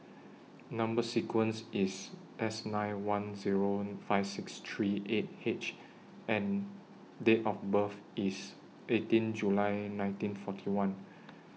Number sequence IS S nine one Zero five six three eight H and Date of birth IS eighteen July nineteen forty one